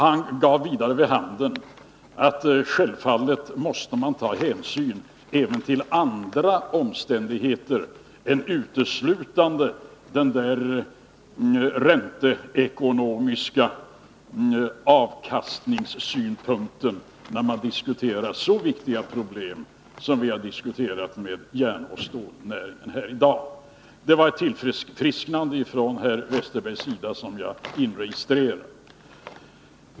Vidare gav hans anförande vid handen att han ansåg att man självfallet måste ta hänsyn även till andra omständigheter än uteslutande den där ränteekonomiska avkastningssynpunkten när man diskuterar så viktiga problem som vi har debatterat här i dag när det gäller järnoch stålnäringen. Det var ett tillfrisknande från herr Westerbergs sida som jag inregistrerar.